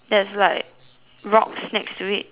rocks next to it you have right